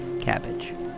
cabbage